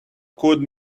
could